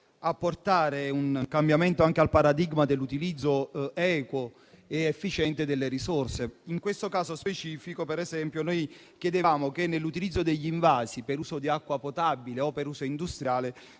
apportare un cambiamento al paradigma dell'utilizzo equo ed efficiente delle risorse. In questo caso specifico chiedevamo, nell'utilizzo degli invasi per uso di acqua potabile o per uso industriale,